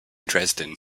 dresden